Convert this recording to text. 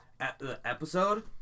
episode